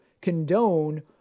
condone